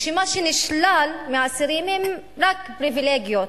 ומה שנשלל מהאסירים הן רק פריווילגיות.